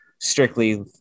strictly